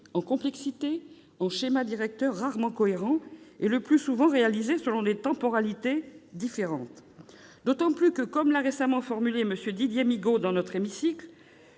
en complexité, en schémas directeurs rarement cohérents et le plus souvent réalisés selon des temporalités différentes. De surcroît, comme l'a récemment souligné M. Didier Migaud dans notre hémicycle,